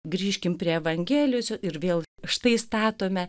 grįžkim prie evangelijos ir vėl štai statome